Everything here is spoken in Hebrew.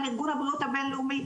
ארגון הבריאות הבינלאומי,